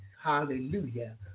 Hallelujah